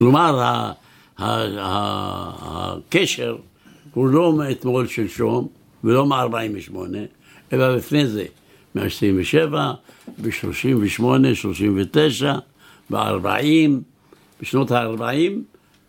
כלומר, הקשר הוא לא מאתמול-שלשום, ולא מ48', אלא לפני זה, מ27', בשלושים ושמונה, שלושים ותשע, בארבעים, בשנות הארבעים